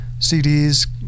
cds